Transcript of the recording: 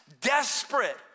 desperate